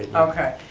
okay,